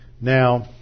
Now